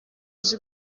uzi